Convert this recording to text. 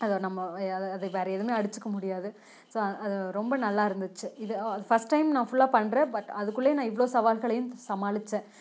அத ஒரு நம்ம அது வேறே எதுவும் அடிச்சுக்க முடியாது ஸோ அது ரொம்ப நல்லாருந்துச்சு இது ஃபஸ்ட் டைம் நான் ஃபுல்லா பண்ணுறேன் பட் அதுக்குள்ளேயே நான் இவ்வளோ சவால்களையும் சமாளித்தேன்